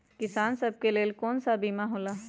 किसान सब के लेल कौन कौन सा बीमा होला?